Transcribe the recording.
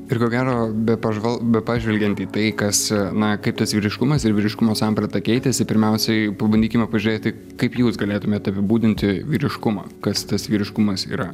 ir ko gero bepažval bepažvelgiant į tai kas na kaip tas vyriškumas ir vyriškumo samprata keitėsi pirmiausiai pabandykime pažiūrėti kaip jūs galėtumėt apibūdinti vyriškumą kas tas vyriškumas yra